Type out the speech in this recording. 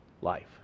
life